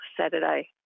Saturday